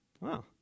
wow